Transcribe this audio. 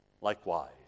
likewise